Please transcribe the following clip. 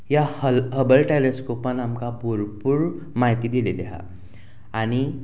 ह्या हल हबल टॅलेस्कोपान आमकां भरपूर म्हायती दिलेली आहा आनी